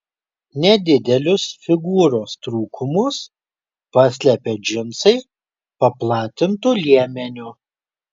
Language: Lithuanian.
nedidelius figūros trūkumus paslepia džinsai paplatintu liemeniu